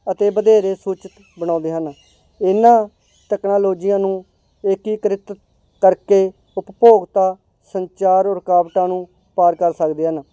ਅਤੇ ਵਧੇਰੇ ਸੂਚਿਤ ਬਣਾਉਂਦੇ ਹਨ ਇਹਨਾਂ ਤਕਨੋਲਜੀਆਂ ਨੂੰ ਏਕੀਕਰਿਤ ਕਰਕੇ ਉਪਭੋਗਤਾ ਸੰਚਾਰ ਰੁਕਾਵਟਾਂ ਨੂੰ ਪਾਰ ਕਰ ਸਕਦੇ ਹਨ